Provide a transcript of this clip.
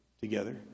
together